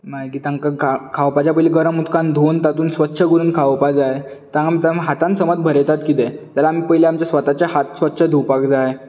मागीर तांकां घा खावपाचे पयली गरम उदक धुवन तातूंत स्वच्छ करून खावोवपाक जाय ताम ताम आमी हातान समज भरयता कितें जाल्यार आमी स्वताचे हात पयली स्वच्छ धुवपाक जाय